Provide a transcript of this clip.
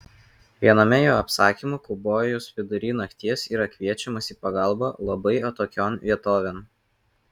viename jo apsakymų kaubojus vidury nakties yra kviečiamas į pagalbą labai atokion vietovėn